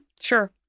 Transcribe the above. Sure